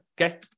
Okay